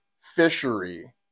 fishery